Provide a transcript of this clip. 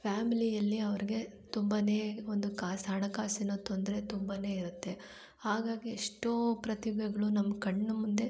ಫ್ಯಾಮಿಲಿಯಲ್ಲಿ ಅವ್ರಿಗೆ ತುಂಬನೇ ಒಂದು ಕಾಸು ಹಣಕಾಸಿನ ತೊಂದರೆ ತುಂಬನೇ ಇರುತ್ತೆ ಹಾಗಾಗಿ ಎಷ್ಟೋ ಪ್ರತಿಭೆಗಳು ನಮ್ಮ ಕಣ್ಣು ಮುಂದೆ